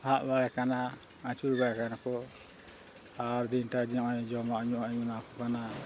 ᱟᱵᱽ ᱵᱟᱲᱟᱭ ᱠᱟᱱᱟ ᱟᱹᱪᱩᱨ ᱵᱟᱲᱟᱭ ᱠᱟᱱᱟ ᱠᱚ ᱟᱨ ᱫᱤᱱᱴᱟ ᱡᱟᱦᱟᱭ ᱡᱚᱢᱟᱜ ᱧᱩᱣᱟᱜ ᱤᱧ ᱮᱢᱟ ᱦᱟᱠᱚ ᱠᱟᱱᱟ